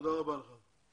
תודה רבה לך.